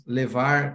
levar